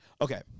Okay